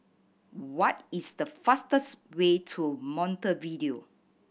what is the fastest way to Montevideo